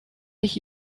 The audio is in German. ich